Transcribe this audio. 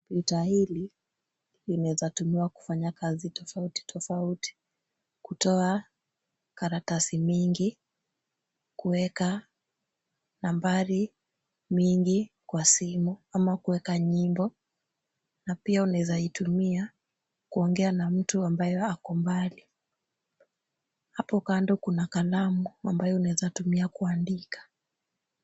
Nta hili linaweza tumiwa kufanya kazi tofauti tofauti. Kutoa karatasi mingi, kuweka nambari mingi kwa simu ama kuweka nyimbo, na pia unaweza itumia kuongea na mtu ambayo ako mbali. Hapo kando kuna kalamu ambayo unaweza tumia kuandika.